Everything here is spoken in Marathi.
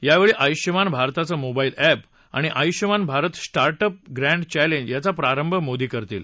यावछी आयुष्मान भारताचं मोबाईल अप्रिआणि Ayushman Bharat startup grand challenges यांचा प्रारंभ मोदी करतील